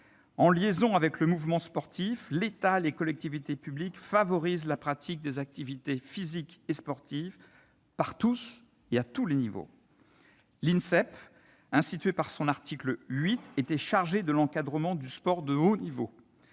En liaison avec le mouvement sportif, l'État et les collectivités publiques favorisent la pratique des activités physiques et sportives par tous et à tous les niveaux [...].» L'Insep, institué par son article 8, était chargé de l'encadrement du sport de haut niveau.